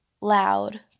loud